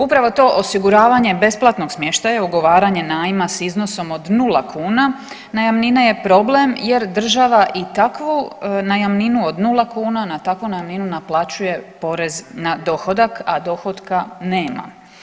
Upravo to osiguravanje besplatnog smještaja ugovaranje najma s iznosom od 0 kuna najamnine je problem, jer država i takvu najamninu od 0 kuna, na takvu najamninu naplaćuje porez na dohodak, a dohotka nema.